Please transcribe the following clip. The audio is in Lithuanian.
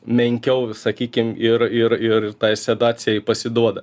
menkiau sakykim ir ir ir tai sedacijai pasiduoda